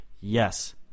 Yes